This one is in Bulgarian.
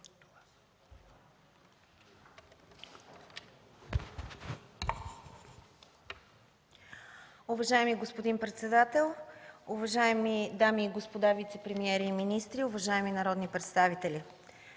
Уважаеми господин председател, уважаеми дами и господа вицепремиери и министри, уважаеми народни представители!